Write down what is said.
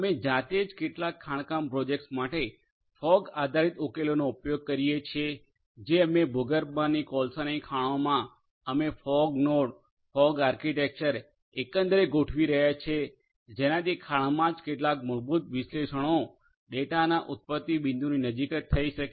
અમે જાતે જ કેટલાક ખાણકામ પ્રોજેક્ટ્સ માટે ફોગ આધારિત ઉકેલોનો ઉપયોગ કરીએ છીએ જે અમે ભૂગર્ભમાની કોલસાની ખાણોમાં અમે ફોગ નોડ ફોગ આર્કીટેક્ચર એકંદરે ગોઠવી રહ્યા છીએ જેનાથી ખાણમાં જ કેટલાક મૂળભૂત વિશ્લેષણો ડેટાના ઉત્પત્તિ બિંદુની નજીક જ થઇ શકે